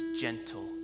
gentle